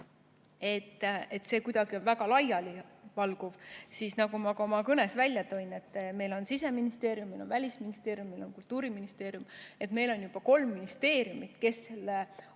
et see on kuidagi väga laialivalguv, siis nagu ma ka oma kõnes välja tõin, meil on Siseministeerium, meil on Välisministeerium, meil on Kultuuriministeerium – meil on kolm ministeeriumi, kes selle